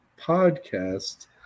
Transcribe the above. podcast